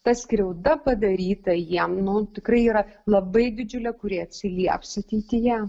ta skriauda padaryta jiem nu tikrai yra labai didžiulė kuri atsilieps ateityje